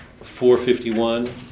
451